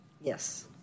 Yes